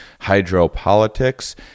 hydropolitics